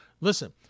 listen